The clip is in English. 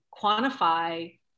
quantify